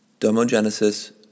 Domogenesis